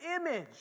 image